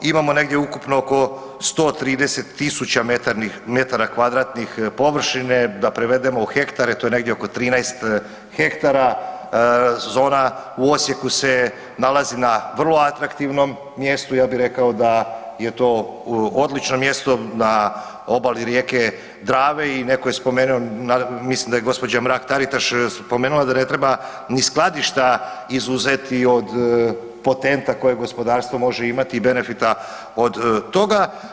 Imamo negdje ukupno oko 130 tisuća metara kvadratnih površine, da prevedemo u hektare, to je negdje oko 13 hektara, zona u Osijeku se nalazi na vrlo atraktivnom mjestu, ja bih rekao da je to u odličnom mjestu, na obali rijeke Drave, i netko je spomenuo, mislim da je gđa. Mrak-Taritaš spomenula da ne treba ni skladišta izuzeti od potenta koje gospodarstvo može imati, i benefita od toga.